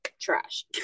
trash